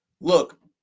Look